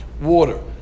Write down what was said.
water